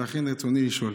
לכן, רצוני לשאול: